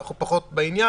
אנחנו פחות בעניין,